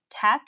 tech